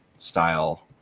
Style